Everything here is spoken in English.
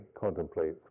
contemplate